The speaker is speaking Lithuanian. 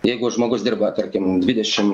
jeigu žmogus dirba tarkim dvidešim